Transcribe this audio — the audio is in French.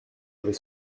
avez